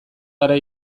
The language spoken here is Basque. gara